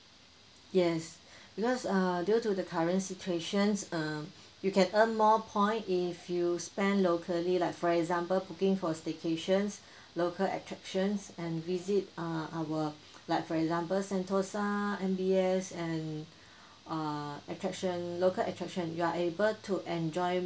yes because err due to the current situation's err you can earn more point if you spend locally like for example booking for staycations local attractions and visit err our like for example sentosa M_B_S and err attraction local attraction you are able to enjoy